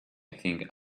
think